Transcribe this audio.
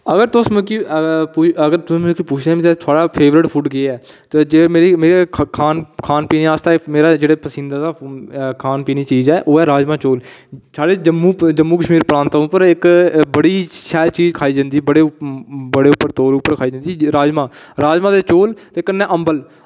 अगर तुस मिगी पुच्छदे न कि थुआढ़ा फेवरेट फूड केह् ऐ ते जे में ओह् खान पीन आस्तै मेरा पसंदीदा खान पीन चीज़ ऐ ओह् ऐ राजमांह् चौल साढ़े जम्मू कशमीर च इक्क बड़ी चीज़ खाई जंदी ऐ बड़े प्रकार च खाई जंदी राजमांह् राजमांह् ते चौल ते कन्नै अम्बल